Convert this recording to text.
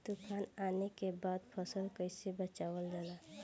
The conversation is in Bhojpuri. तुफान आने के बाद फसल कैसे बचावल जाला?